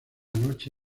noche